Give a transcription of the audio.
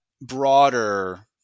broader